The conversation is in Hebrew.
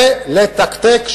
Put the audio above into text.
ולתקתק.